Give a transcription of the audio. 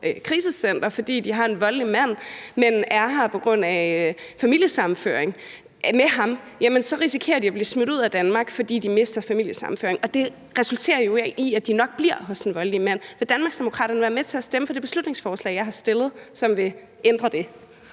krisecenter, fordi de har en voldelig mand, men er her på grund af familiesammenføring med ham, jamen så risikerer de at blive smidt ud af Danmark. Det gør de, fordi de mister familiesammenføringen, og det resulterer jo i, at de nok bliver hos den voldelige mand. Vil Danmarksdemokraterne være med til at stemme for det beslutningsforslag, jeg har fremsat, som vil ændre det?